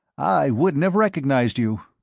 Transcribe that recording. i wouldn't have recognized you.